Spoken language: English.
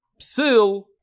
Psil